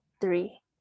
three